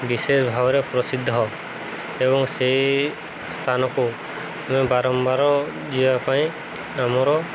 ବିଶେଷ ଭାବରେ ପ୍ରସିଦ୍ଧ ଏବଂ ସେଇ ସ୍ଥାନକୁ ଆମେ ବାରମ୍ବାର ଯିବା ପାଇଁ ଆମର